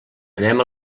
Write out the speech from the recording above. anem